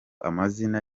amazina